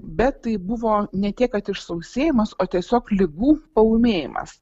bet tai buvo ne tiek kad išsausėjimas o tiesiog ligų paūmėjimas